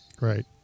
right